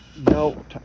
No